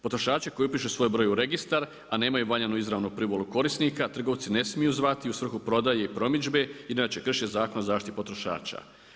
Potrošači koji upišu svoj broj u registar a nemaju valjanu izravnu privolu korisnika, trgovci ne smiju zvati u svrhu prodaje i promidžbe inače krše Zakon o zaštiti potrošača.